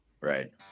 Right